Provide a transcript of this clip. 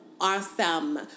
awesome